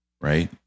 right